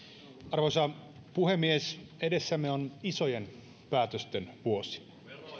arvoisa puhemies edessämme on isojen päätösten vuosi